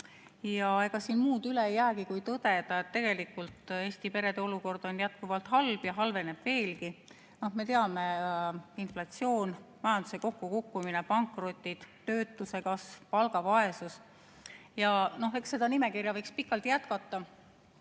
Ega siin muud üle ei jäägi kui tõdeda, et Eesti perede olukord on jätkuvalt halb ja halveneb veelgi. Me teame: inflatsioon, majanduse kokkukukkumine, pankrotid, töötuse kasv, palgavaesus. Eks seda nimekirja võiks pikalt jätkata,